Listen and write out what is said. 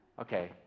Okay